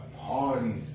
parties